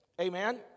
Amen